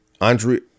Andre